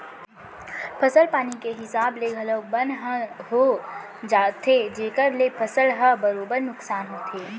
फसल पानी के हिसाब ले घलौक बन ह हो जाथे जेकर ले फसल ह बरोबर नुकसान होथे